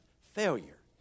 failure